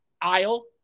aisle